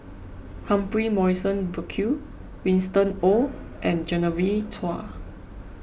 Humphrey Morrison Burkill Winston Oh and Genevieve Chua